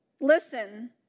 Listen